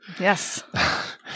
Yes